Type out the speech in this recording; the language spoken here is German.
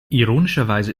ironischerweise